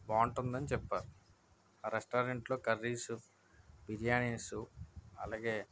బాగుంటుంది అని చెప్పారు ఆ రెస్టారెంట్లో కర్రీస్ బిర్యానీస్ అలాగే